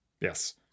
Yes